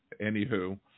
anywho